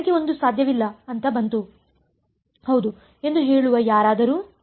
ನನಗೆ ಒಂದು ಸಾಧ್ಯವಿಲ್ಲ ಅಂತ ಬಂತು ಹೌದು ಎಂದು ಹೇಳುವ ಯಾರಾದರೂ